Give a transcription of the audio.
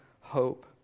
hope